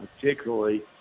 particularly